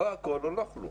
או הכול או לא כלום,